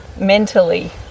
mentally